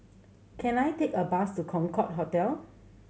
can I take a bus to Concorde Hotel